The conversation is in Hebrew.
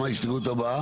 מה ההסתייגות הבאה?